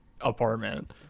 apartment